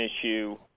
issue